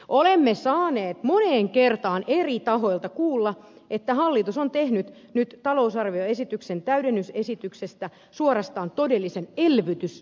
olemme saaneet moneen kertaan eri tahoilta kuulla että hallitus on tehnyt nyt talousarvioesityksen täydennysesityksestä suorastaan todellisen elvytysesityksen